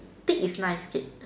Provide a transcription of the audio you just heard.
thick is nice K